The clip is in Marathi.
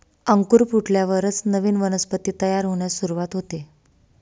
अंकुर फुटल्यावरच नवीन वनस्पती तयार होण्यास सुरूवात होते